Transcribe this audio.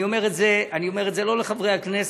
אני אומר את זה לא לחברי הכנסת,